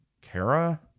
Kara